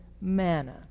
manna